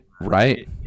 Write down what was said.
right